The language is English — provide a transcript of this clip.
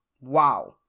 Wow